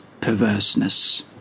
perverseness